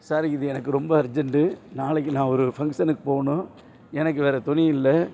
sir இது எனக்கு ரொம்ப அர்ஜெண்டு நாளைக்கு நான் ஒரு ஃபங்க்ஷனுக்கு போகணும் எனக்கு வேற துணி இல்லை